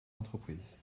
entreprises